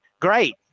great